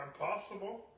impossible